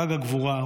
חג הגבורה,